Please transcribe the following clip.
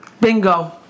Bingo